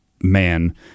man